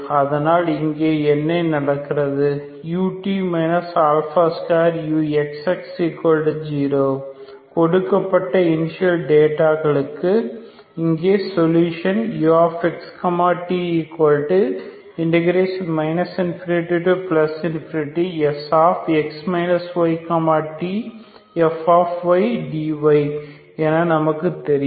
அதனால் இங்கே என்ன நடக்கிறதுut 2uxx0 கொடுக்கப்பட்ட இனிஷியல் டேட்டாகளுக்கு இங்கே solution ux t ∞Sx y tfdy என நமக்கு தெரியும்